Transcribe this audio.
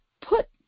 put